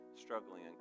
struggling